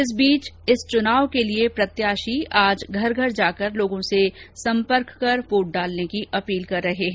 इस बीच आज इस चुनाव के लिए प्रत्याशी घर घर जाकर लोगों से संपर्क कर वोट डालने की अपील कर रहे हैं